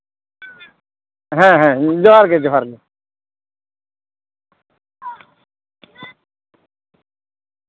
ᱦᱮᱸ ᱦᱮᱸ ᱡᱚᱦᱟᱨᱜᱮ ᱡᱚᱦᱟᱨᱜᱮ